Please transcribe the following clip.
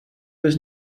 was